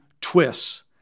twists